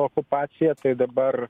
okupaciją tai dabar